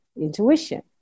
intuition